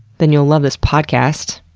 then you'll love this podcast.